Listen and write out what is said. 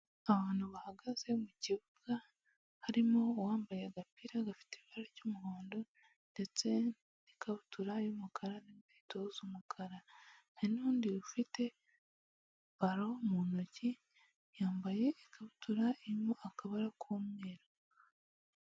Abantu bahagaze mu kibuga, harimo uwambaye agapira gafite ibara ry'umuhondo ndetse n'ikabutura y'umukara n'inkweto z'umukara, hari n'undi ufite baro mu ntoki yambaye ikabutura irimo akabara k'umweru.